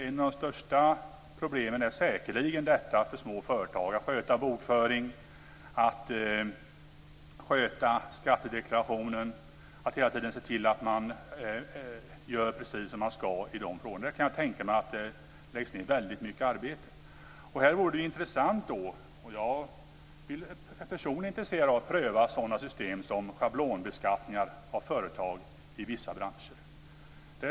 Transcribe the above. Ett av de största problemen för små företag är säkerligen att sköta bokföringen, att sköta skattedeklarationen och att hela tiden se till att man gör precis som man ska i de här frågorna. Jag kan tänka mig att det läggs ned väldigt mycket arbete på detta. Det vore då intressant att pröva sådana system som schablonbeskattningar av företag i vissa branscher; jag är personligen intresserad av det.